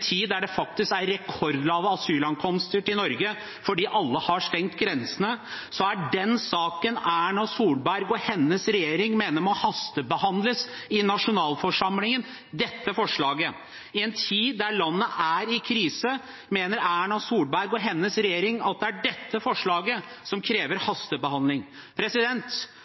tid der det faktisk er rekordlavt antall asylankomster til Norge fordi alle har stengt grensene, er den saken Erna Solberg og hennes regjering mener må hastebehandles i nasjonalforsamlingen, dette forslaget. I en tid der landet er i krise, mener Erna Solberg og hennes regjering at det er dette forslaget som krever hastebehandling.